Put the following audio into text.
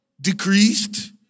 Decreased